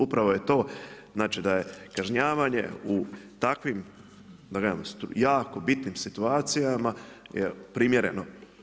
Upravo je to, znači da je kažnjavanje u takvim, da kažemo, jako bitnim situacijama je primjereno.